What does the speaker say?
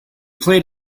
played